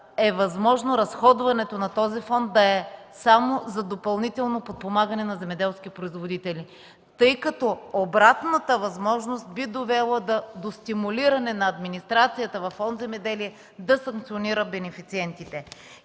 ще предложим разходването на този фонд да е само за допълнително подпомагане на земеделски производители, тъй като обратната възможност би довела до стимулиране на администрацията във Фонд „Земеделие” да санкционира бенефициентите.